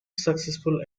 successful